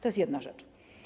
To jest jedna rzecz.